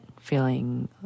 feeling